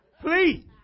Please